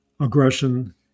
aggression